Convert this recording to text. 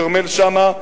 כרמל שאמה,